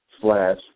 slash